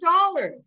dollars